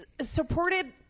supported